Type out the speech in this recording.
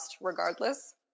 regardless